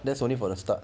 that's only for the start